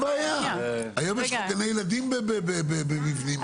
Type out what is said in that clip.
היום יש לך גני ילדים במבנים כאלה.